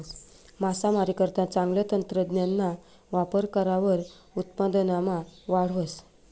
मासामारीकरता चांगलं तंत्रज्ञानना वापर करावर उत्पादनमा वाढ व्हस